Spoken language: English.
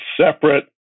separate